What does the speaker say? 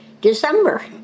December